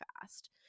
fast